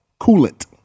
coolant